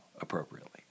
appropriately